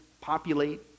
populate